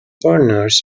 burners